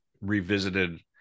revisited